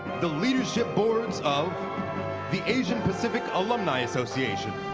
the leadership awards of the asian-pacific alumni association,